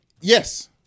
Yes